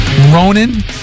Ronan